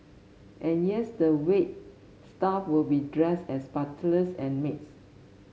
and years the wait staff will be dressed as butlers and maids